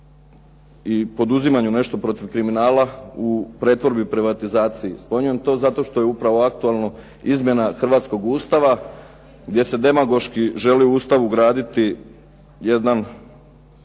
i poduzimanju nešto protiv kriminala u pretvorbi i privatizaciji. Spominjem to zato što je upravo aktualna izmjena hrvatskog Ustava gdje se demagoški želi u Ustav ugraditi jedan